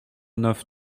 neuf